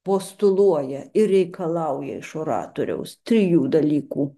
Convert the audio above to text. postuluoja ir reikalauja iš oratoriaus trijų dalykų